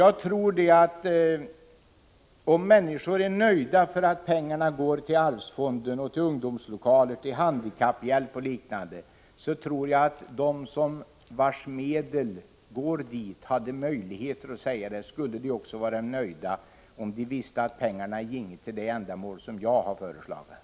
Jag tror att om människor är nöjda med att deras pengar genom arvsfonden går till ungdomslokaler, handikapphjälp, o. d., skulle dessa människor — om de hade möjlighet till det — säga att de var nöjda om de visste att pengarna gick till det ändamål som jag har föreslagit.